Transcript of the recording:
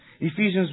Ephesians